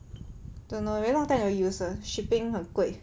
don't know very long time never use 了 shipping 很贵